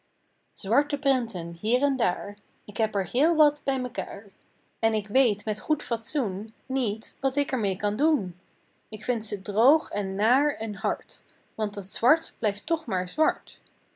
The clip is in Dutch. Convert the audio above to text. zwarte prenten hier en daar k heb er heel wat bij mekaêr en ik weet met goed fatsoen niet wat ik er meê kan doen k vind ze droog en naar en hard want dat zwart blijft toch maar zwart